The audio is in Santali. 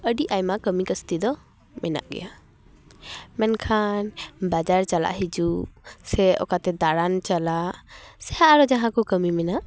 ᱟᱹᱰᱤ ᱟᱭᱢᱟ ᱠᱟᱹᱢᱤ ᱠᱟᱹᱥᱛᱤ ᱫᱚ ᱢᱮᱱᱟᱜ ᱜᱮᱭᱟ ᱢᱮᱱᱠᱷᱟᱱ ᱵᱟᱡᱟᱨ ᱪᱟᱞᱟᱜ ᱦᱤᱡᱩᱜ ᱥᱮ ᱚᱠᱟᱛᱮ ᱫᱟᱬᱟᱱ ᱪᱟᱞᱟᱜ ᱥᱮ ᱟᱨᱚ ᱡᱟᱦᱟᱸ ᱠᱟᱹᱢᱤ ᱢᱮᱱᱟᱜ